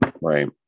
right